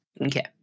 okay